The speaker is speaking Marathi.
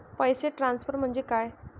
पैसे ट्रान्सफर म्हणजे काय?